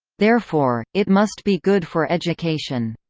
therefore, it must be good for education.